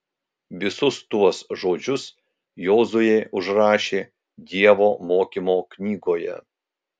visus tuos žodžius jozuė užrašė dievo mokymo knygoje